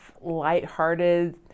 lighthearted